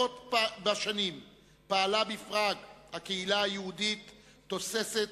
מאות בשנים פעלה בפראג קהילה יהודית תוססת,